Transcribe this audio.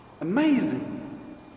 amazing